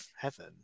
heaven